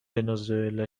ونزوئلا